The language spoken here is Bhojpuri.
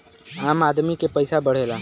आम आदमी के पइसा बढ़ेला